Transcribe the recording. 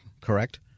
correct